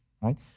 right